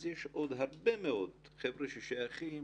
אז יש עוד הרבה מאוד חבר'ה ששייכים